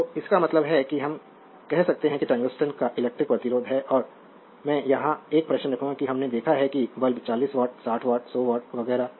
तो इसका मतलब है हम कह सकते हैं कि टंगस्टन का इलेक्ट्रिक प्रतिरोध है और मैं यहां एक प्रश्न रखूंगा कि हमने देखा है कि बल्ब 40 वॉट 60 वॉट और 100 वॉट वगैरह